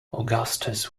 augustus